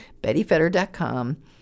BettyFetter.com